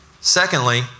Secondly